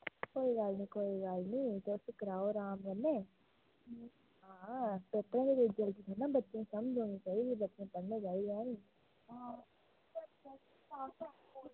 कोई गल्ल नी कोई गल्ल नी तुस कराओ अराम कन्नै